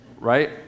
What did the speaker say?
Right